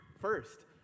first